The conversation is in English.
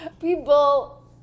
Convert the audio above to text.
people